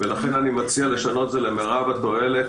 לכן אני מציע לשנות את זה ל"מרב התועלת